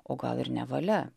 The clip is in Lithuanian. o gal ir nevalia